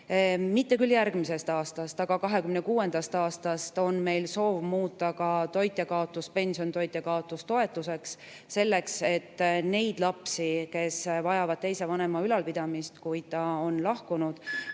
Mitte küll järgmisest aastast, aga 2026. aastast on meil soov muuta ka toitjakaotuspension toitjakaotustoetuseks selle pärast, et neid lapsi, kes vajavad teise vanema ülalpidamist, kui [üks] on lahkunud,